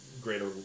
greater